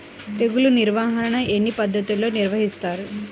తెగులు నిర్వాహణ ఎన్ని పద్ధతుల్లో నిర్వహిస్తారు?